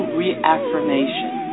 reaffirmation